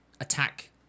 attack